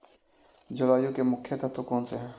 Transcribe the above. जलवायु के मुख्य तत्व कौनसे हैं?